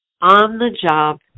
on-the-job